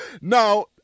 now